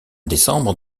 décembre